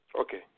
Okay